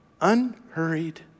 unhurried